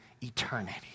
eternity